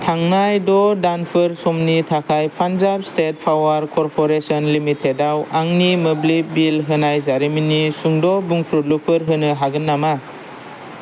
थांनाय द' दानफोर समनि थाखाय Punjab state power corporation limited आव आंनि मोब्लिब बिल होनाय जारिमिननि सुंद' बुंफुरलुफोर होनो हागोन नामा